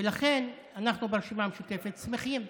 ולכן אנחנו ברשימה המשותפת שמחים,